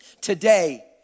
today